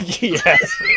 Yes